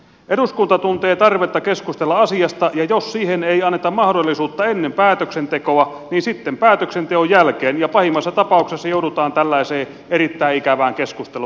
eduskunta tuntee tarvetta keskustella asiasta ja jos siihen ei anneta mahdollisuutta ennen päätöksentekoa niin sitten päätöksenteon jälkeen ja pahimmassa tapauksessa joudutaan tällaiseen erittäin ikävään keskusteluun